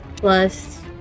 plus